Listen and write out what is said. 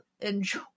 enjoy